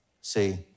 See